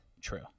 true